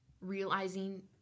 realizing